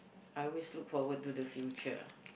I always look forward to the future